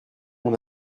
mon